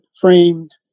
framed